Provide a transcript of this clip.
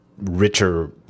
richer